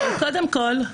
קודם כול,